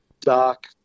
dark